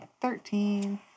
Thirteen